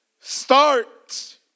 Start